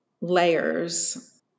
layers